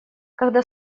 когда